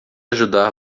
ajudar